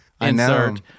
insert